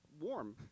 warm